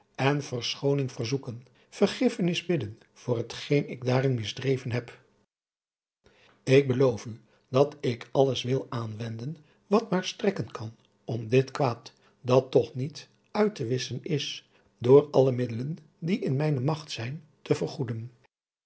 en verschooning verzoeken vergiffenis bidden voor het geen ik daarin misdreven heb ik beloof u dat ik alles wil aanwenden wat maar strekken kan om dit kwaad dat toch niet uit te wisschen is door alle middelen die in mijne magt zijn te vergoeden